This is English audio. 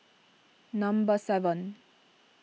number seven